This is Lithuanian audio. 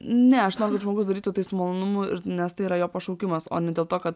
ne aš noriu kad žmogus darytų tai su malonumu ir nes tai yra jo pašaukimas o ne dėl to kad